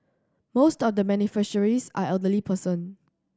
most of the beneficiaries are elderly person